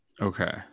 okay